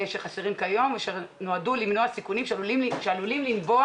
שחסרים כיום ונועדו למנוע סיכונים שעלולים לנבוע